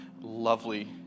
lovely